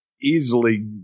easily